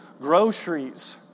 groceries